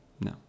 No